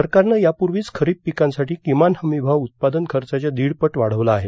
सरकारनं यापूर्वीच खरीप पिकांसाठी किमान हमी भाव उत्पादन खर्चाच्या दीड पट वाढवला आहे